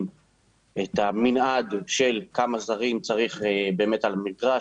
את המנעד של כמה זרים צריך באמת על המגרש.